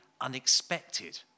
unexpected